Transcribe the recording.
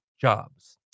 jobs